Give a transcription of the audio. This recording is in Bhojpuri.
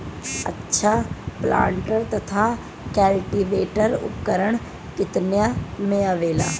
अच्छा प्लांटर तथा क्लटीवेटर उपकरण केतना में आवेला?